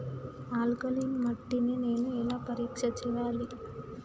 Alkaline మట్టి ని నేను ఎలా పరీక్ష చేయాలి?